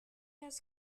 has